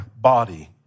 body